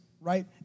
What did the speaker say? right